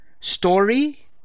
story